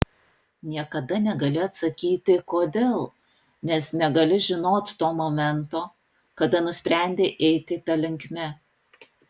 niekada negali atsakyti kodėl nes negali žinot to momento kada nusprendei eiti ta linkme